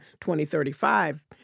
2035